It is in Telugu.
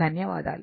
ధన్యవాదాలు